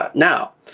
ah now,